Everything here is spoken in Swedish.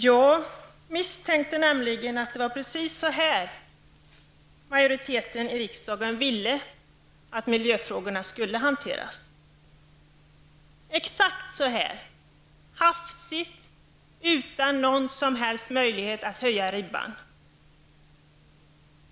Jag misstänkte nämligen att det var precis så här som majoriteten i riksdagen ville att miljöfrågorna skulle hanteras, exakt så här: hafsigt och utan någon som helst möjlighet att höja ribban.